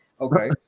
okay